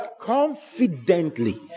Confidently